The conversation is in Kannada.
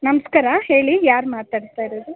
ನಮಸ್ಕಾರ ಹೇಳಿ ಯಾರು ಮಾತಾಡ್ತಾ ಇರೋದು